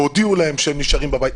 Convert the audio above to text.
הודיעו להם שהם נשארים בבית.